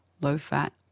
low-fat